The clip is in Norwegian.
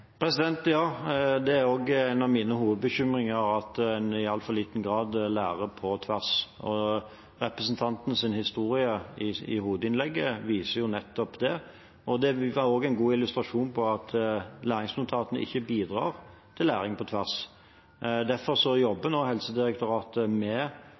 Ja, det er også en av mine hovedbekymringer, at en i altfor liten grad lærer på tvers. Representantens historie i hovedinnlegget viser nettopp det, og det var også en god illustrasjon på at læringsnotatene ikke bidrar til læring på tvers. Derfor jobber nå Helsedirektoratet med